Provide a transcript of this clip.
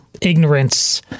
ignorance